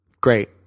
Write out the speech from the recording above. Great